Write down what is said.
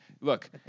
look